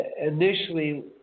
initially